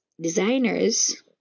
designers